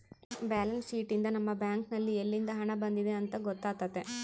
balance sheet ಯಿಂದ ನಮ್ಮ bank ನಲ್ಲಿ ಯಲ್ಲಿಂದ ಹಣ ಬಂದಿದೆ ಅಂತ ಗೊತ್ತಾತತೆ